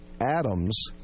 atoms